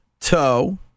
toe